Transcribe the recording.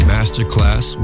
Masterclass